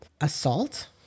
assault